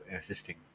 assisting